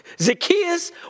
Zacchaeus